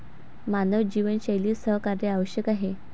मानवी जीवनशैलीत सहकार्य आवश्यक आहे